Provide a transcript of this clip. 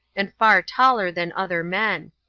and far taller than other men.